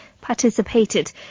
participated